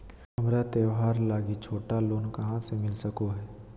हमरा त्योहार लागि छोटा लोन कहाँ से मिल सको हइ?